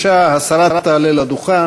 השרה תעלה לדוכן.